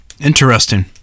Interesting